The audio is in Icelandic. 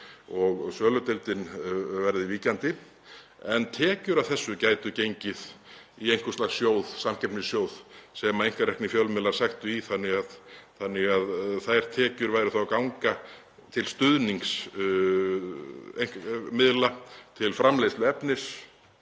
og söludeildin verði víkjandi. Tekjur af þessu gætu gengið í einhvers lags sjóð, samkeppnissjóð, sem einkareknir fjölmiðlar sæktu í þannig að þær tekjur væru þá að ganga til stuðnings miðla til framleiðslu efnis,